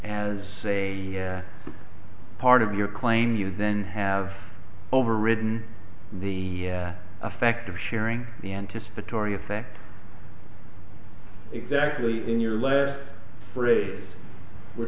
as a part of your claim you then have overridden the effect of sharing the anticipatory effect exactly in your last phrase we're